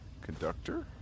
conductor